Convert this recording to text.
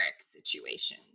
situation